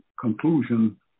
Conclusion